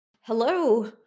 Hello